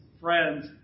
friends